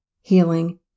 Healing